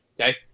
Okay